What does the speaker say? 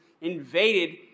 invaded